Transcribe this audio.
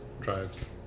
drive